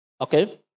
Okay